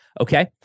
Okay